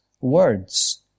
words